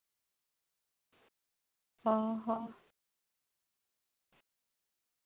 ᱚ ᱦᱚ